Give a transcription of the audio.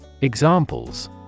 Examples